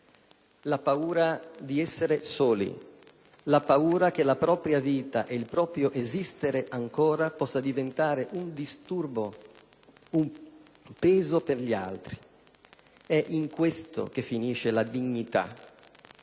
la paura di essere soli, la paura che la propria vita e il proprio esistere ancora possano diventare un disturbo, un peso per gli altri. È in questo che finisce la dignità;